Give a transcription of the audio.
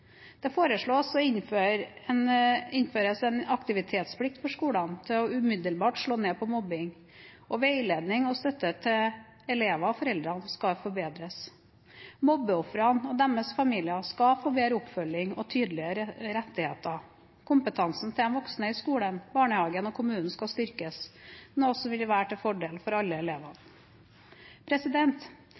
Det foreslås å innføre en aktivitetsplikt for skolene til å umiddelbart slå ned på mobbing, og veiledning og støtte til elever og foreldre skal forbedres. Mobbeofrene og deres familier skal få bedre oppfølging og tydelige rettigheter. Kompetansen til de voksne i skolen, barnehagen og kommunen skal styrkes, noe som vil være til fordel for alle elevene.